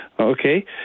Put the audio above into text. okay